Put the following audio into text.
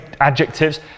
adjectives